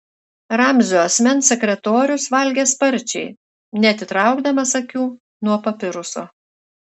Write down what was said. ramzio asmens sekretorius valgė sparčiai neatitraukdamas akių nuo papiruso